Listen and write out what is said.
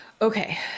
Okay